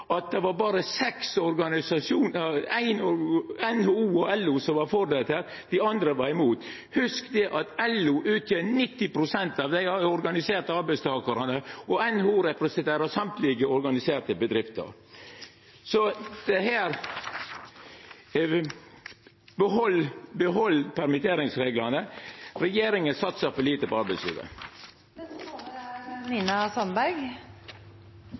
det berre var seks organisasjonar, NHO og LO, som var for dette – at dei andre var imot. Hugs at LO utgjer 90 pst. av dei organiserte arbeidstakarane, og NHO representerer alle organiserte bedrifter. Behald permitteringsreglane. Regjeringa satsar for lite på